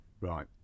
Right